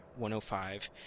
105